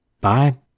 Bye